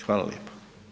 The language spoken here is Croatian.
Hvala lijepo.